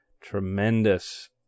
tremendous